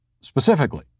specifically